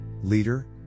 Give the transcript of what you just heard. leader